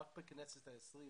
רק בכנסת ה-20,